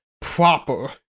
proper